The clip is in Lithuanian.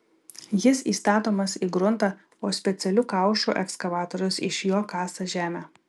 jis įstatomas į gruntą o specialiu kaušu ekskavatorius iš jo kasa žemę